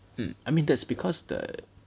mm I mean that's because the